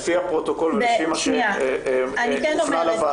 לפי הפרוטוקול ולפי מה שהופנה לוועדה,